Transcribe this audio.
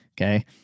okay